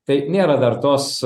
tai nėra dar tos